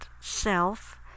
self